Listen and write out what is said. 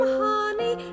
honey